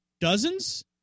dozens